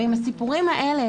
ואם הסיפורים האלה,